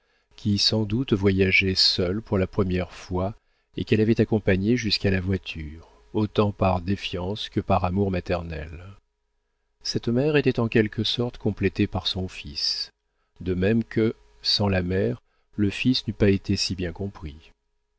qui sans doute voyageait seul pour la première fois et qu'elle avait accompagné jusqu'à la voiture autant par défiance que par amour maternel cette mère était en quelque sorte complétée par son fils de même que sans la mère le fils n'eût pas été si bien compris